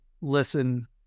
listen